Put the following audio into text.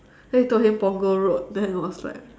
then we told him punggol road then he was like